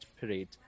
Parade